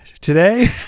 Today